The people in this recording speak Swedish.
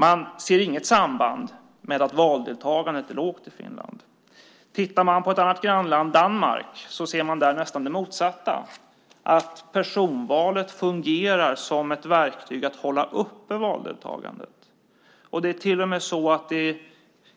Man ser inget samband med att valdeltagandet i Finland är lågt. Vad gäller ett annat grannland, Danmark, kan man där närmast se det motsatta förhållandet, nämligen att personval fungerar som ett verktyg för att hålla uppe valdeltagandet. Det är till och med så att personvalet i